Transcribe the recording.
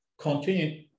continue